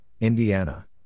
Indiana